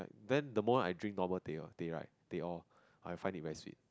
then the more I drink normal teh-O teh right teh-O I find it very sweet